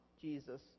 Jesus